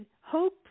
hope